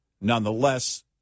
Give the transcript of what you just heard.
Nonetheless